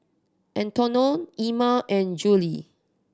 Antione Emma and Jule